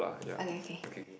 okay okay